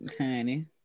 honey